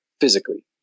physically